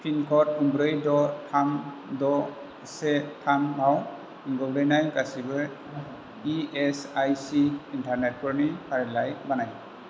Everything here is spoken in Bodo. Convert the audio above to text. पिनक'ड ब्रै द थाम द से थामआव गोग्लैनाय गासैबो इ एस आइ सि इन्टारनेटफोरनि फारिलाइ बानाय